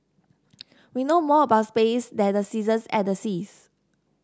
we know more about space than the seasons and the seas